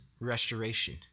restoration